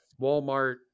Walmart